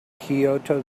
kyoto